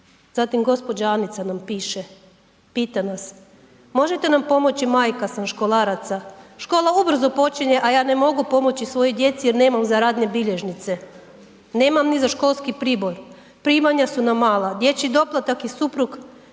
Zatim gđa. Anica nam piše, pita nas, možete nam pomoći, majka sam školaraca, škola ubrzo počinje, a ja ne mogu pomoći svojoj djeci jer nemam za radne bilježnice, nemam ni za školski pribor, primanja su nam mala, dječji doplatak i suprug